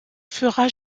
fera